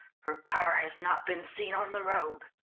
her car has not been seen on the road.